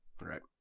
Right